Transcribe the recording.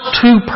two